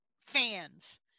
fans